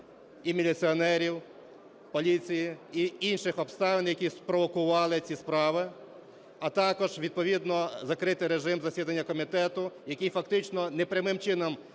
і міліціонерів, поліції, і інших обставин, які спровокували ці справи. А також, відповідно, закритий режим засідання комітету, який фактично непрямим чином